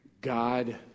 God